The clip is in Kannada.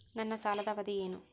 ನನ್ನ ಸಾಲದ ಅವಧಿ ಏನು?